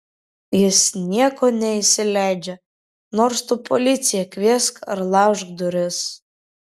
jis nieko neįsileidžia nors tu policiją kviesk ar laužk duris